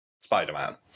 Spider-Man